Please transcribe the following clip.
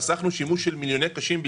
חסכנו שימוש במיליוני קשים.